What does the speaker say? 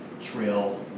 trail